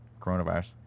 Coronavirus